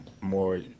More